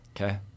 Okay